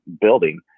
building